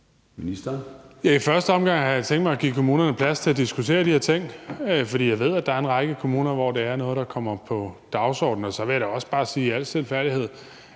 Bek): I første omgang har jeg tænkt mig at give kommunerne plads til at diskutere de her ting, fordi jeg ved, at der er en række kommuner, hvor det er noget, der kommer på dagsordenen. Og så vil jeg da også bare i al stilfærdighed